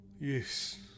Yes